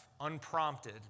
unprompted